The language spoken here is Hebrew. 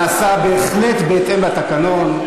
שנעשה עכשיו נעשה בהחלט בהתאם לתקנון.